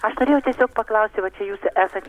aš norėjau tiesiog paklausti va čia jūs esat